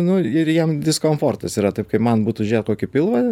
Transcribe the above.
nu ir jiem diskomfortas yra taip kaip man būtų žiūrėt kokį pilvą